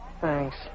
Thanks